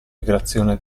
migrazione